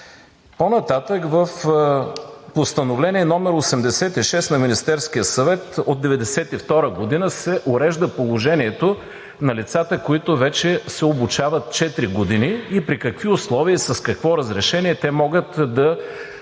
По-нататък в Постановление № 86 на Министерския съвет от 1992 г. се урежда положението на лицата, които вече се обучават четири години, и при какви условия и с какво разрешение те могат да